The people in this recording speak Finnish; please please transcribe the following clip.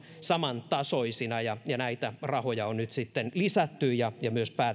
samantasoisina ja ja näitä rahoja on nyt sitten lisätty ja ja myös